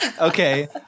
Okay